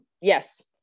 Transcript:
Yes